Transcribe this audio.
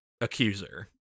accuser